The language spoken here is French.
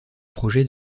projet